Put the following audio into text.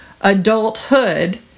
adulthood